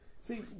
See